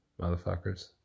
motherfuckers